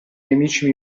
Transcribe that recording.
nemici